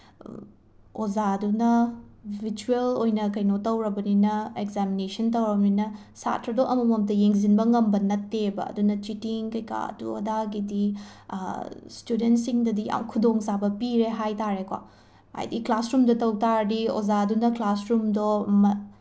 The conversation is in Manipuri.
ꯑꯣꯖꯥꯗꯨꯅ ꯚꯤꯖ꯭ꯋꯦꯜ ꯑꯣꯏꯅ ꯀꯩꯅꯣ ꯇꯧꯔꯕꯅꯤꯅ ꯑꯦꯛꯖꯥꯃꯤꯅꯦꯁꯟ ꯇꯧꯔꯝꯅꯤꯅ ꯁꯥꯇ꯭ꯔꯗꯣ ꯑꯃꯃꯝꯇ ꯌꯦꯡꯁꯤꯟꯕ ꯉꯝꯕ ꯅꯠꯇꯦꯕ ꯑꯗꯨꯅ ꯆꯤꯇꯤꯡ ꯀꯩꯀꯥ ꯑꯗꯨ ꯑꯗꯥꯒꯤꯗꯤ ꯏꯁꯇꯨꯗꯦꯟꯁꯤꯡꯗꯗꯤ ꯌꯥꯝ ꯈꯨꯗꯣꯡꯆꯥꯕ ꯄꯤꯔꯦ ꯍꯥꯏ ꯇꯥꯔꯦꯀꯣ ꯍꯥꯏꯗꯤ ꯀ꯭ꯂꯥꯁꯔꯨꯝꯗ ꯇꯧ ꯇꯥꯔꯗꯤ ꯑꯣꯖꯥꯗꯨꯅ ꯀ꯭ꯂꯥꯁꯔꯨꯝꯗꯣ